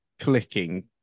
clicking